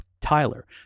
Tyler